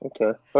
Okay